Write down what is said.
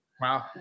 Wow